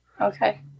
Okay